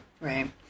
Right